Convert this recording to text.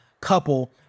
couple